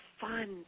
fun